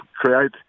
create